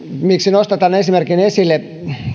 nostan tämän esimerkin esille